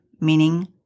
meaning